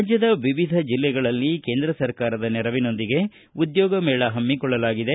ರಾಜ್ವದ ವಿವಿಧ ಜಿಲ್ಲೆಗಳಲ್ಲಿ ಕೇಂದ್ರ ಸರ್ಕಾರದ ನೆರವಿನೊಂದಿಗೆ ಉದ್ಯೋಗಮೇಳ ಹಮ್ನಿಕೊಳ್ಳಲಾಗಿದೆ